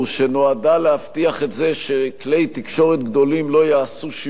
שנועדה להבטיח שכלי תקשורת גדולים לא יעשו שימוש